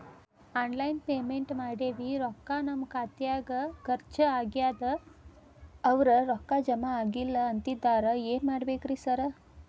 Online payment ಮಾಡೇವಿ ರೊಕ್ಕಾ ನಮ್ ಖಾತ್ಯಾಗ ಖರ್ಚ್ ಆಗ್ಯಾದ ಅವ್ರ್ ರೊಕ್ಕ ಜಮಾ ಆಗಿಲ್ಲ ಅಂತಿದ್ದಾರ ಏನ್ ಮಾಡ್ಬೇಕ್ರಿ ಸರ್?